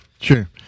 Sure